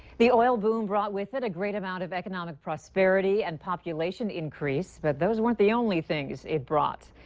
the oil boom brought with it a great amount of economic prosperity and population increase. but those weren't the only things it brought.